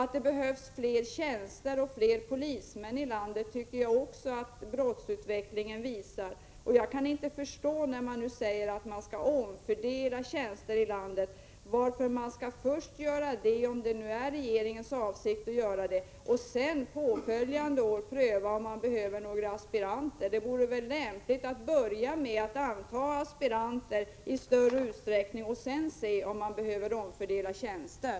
Att det behövs fler poliser ute i landet tycker jag att brottsutvecklingen visar. Jag kan inte förstå talet om att man nu skall omfördela tjänster. Varför skall man göra detta — om det nu är regeringens avsikt — för att påföljande år pröva, om det behövs aspiranter. Det vore väl lämpligt att börja med att anta aspiranter i större utsträckning och sedan se om man behöver omfördela tjänster.